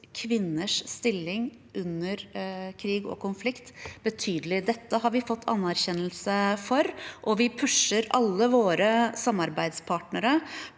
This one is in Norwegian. kvinners stilling under krig og konflikt betydelig. Dette har vi fått anerkjennelse for, og vi pusher alle våre samarbeidspartnere